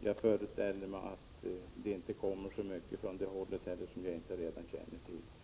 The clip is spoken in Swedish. jag föreställer mig att det inte kommer så mycket från deras håll heller som jag inte redan känner till.